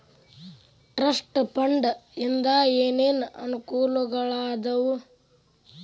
trust fund ಇಂದ ಏನೇನ್ ಅನುಕೂಲಗಳಾದವ